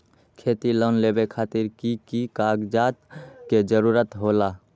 खेती लोन लेबे खातिर की की कागजात के जरूरत होला?